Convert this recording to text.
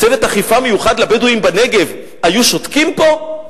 צוות אכיפה מיוחד לבדואים בנגב, היו שותקים פה?